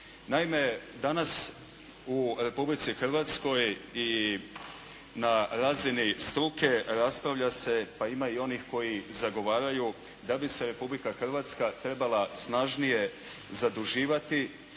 Naime, danas u Republici Hrvatskoj i na razini struke raspravlja se pa ima i onih koji zagovaraju da bi se Republika Hrvatska trebala snažnije zaduživati